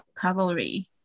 Cavalry